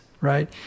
right